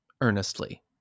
Earnestly